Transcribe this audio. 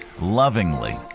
lovingly